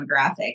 demographic